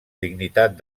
dignitat